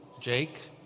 Jake